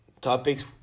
topics